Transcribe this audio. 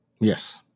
Yes